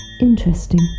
Interesting